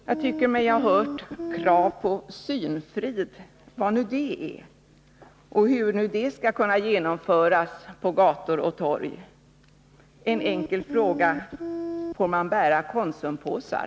Jag tycker mig ha hört krav på synfrid, vad nu det är och hur nu det skall genomföras på gator och torg. En enkel fråga: Får man bära Konsumpåsar?